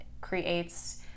creates